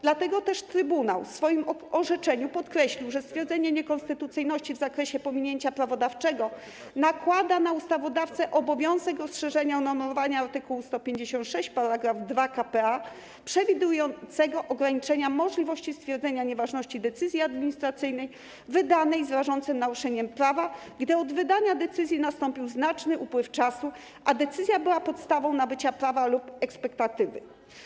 Dlatego też Trybunał w swoim orzeczeniu podkreślił, że stwierdzenie niekonstytucyjności w zakresie pominięcia prawodawczego nakłada na ustawodawcę obowiązek rozszerzenia unormowania art. 156 § 2 k.p.a., przewidującego ograniczenia możliwości stwierdzenia nieważności decyzji administracyjnej wydanej z rażącym naruszeniem prawa, gdy od wydania decyzji nastąpił znaczny upływ czasu, a decyzja była podstawą nabycia prawa lub ekspektatywy.